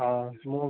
ହଁ ମୁଁ